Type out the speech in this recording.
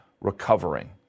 recovering